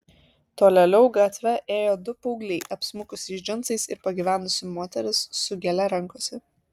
tolėliau gatve ėjo du paaugliai apsmukusiais džinsais ir pagyvenusi moteris su gėle rankose